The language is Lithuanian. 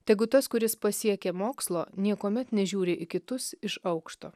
tegu tas kuris pasiekia mokslo niekuomet nežiūri į kitus iš aukšto